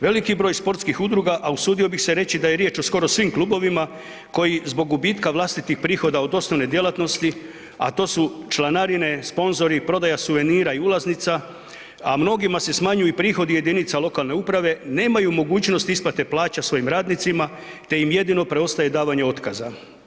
Veliki broj sportskih udruga, a usudio bih se reći da je riječ o skoro svim klubovima koji zbog gubitka vlastitih prihoda od osnovne djelatnosti, a to su članarine, sponzori, prodaja suvenira i ulaznica, a mnogima se smanjuju i prihodi jedinica lokalne uprave, nemaju mogućnost isplate plaća svojim radnicima te im jedino preostaje davanje otkaza.